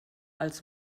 als